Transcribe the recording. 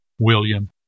William